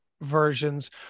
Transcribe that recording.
versions